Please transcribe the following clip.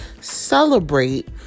celebrate